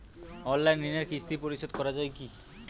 Online ঋণের কিস্তি পরিশোধ করা যায় কি?